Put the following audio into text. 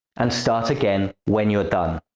and start again when you're done.